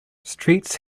streets